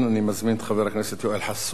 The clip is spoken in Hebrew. אני מזמין את חבר הכנסת יואל חסון.